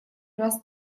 раз